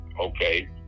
okay